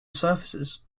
surfaces